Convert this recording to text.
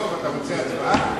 דב, אתה רוצה הצבעה?